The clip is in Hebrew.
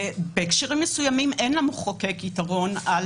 ובהקשרים מסוימים אין למחוקק יתרון על